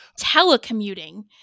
telecommuting